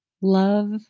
love